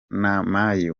umujyanama